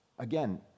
Again